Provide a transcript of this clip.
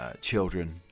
children